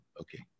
okay